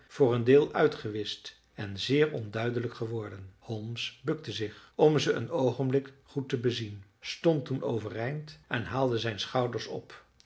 voor een deel uitgewischt en zeer onduidelijk geworden holmes bukte zich om ze een oogenblik goed te bezien stond toen overeind en haalde zijn schouders op